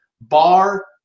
Bar